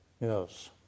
Yes